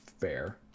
fair